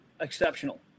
exceptional